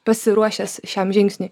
pasiruošęs šiam žingsniui